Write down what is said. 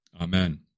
Amen